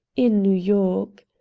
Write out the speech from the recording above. in new york.